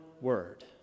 word